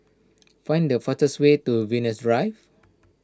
find the fastest way to Venus Drive